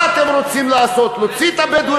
אתה מדבר